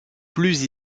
plus